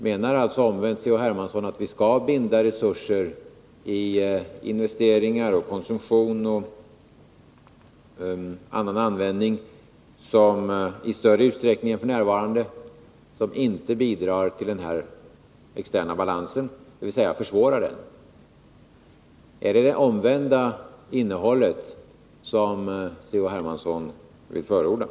Menar alltså herr Hermansson omvänt att vi i större utsträckning än f. n. skall binda resurser i investeringar, konsumtion och annat som inte bidrar till den externa balansen utan försämrar den? Är det det omvända innehållet som C.-H. Nr 80 Hermansson vill förorda?